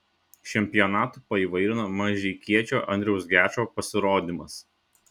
čempionatą paįvairino mažeikiečio andriaus gečo pasirodymas